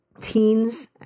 teens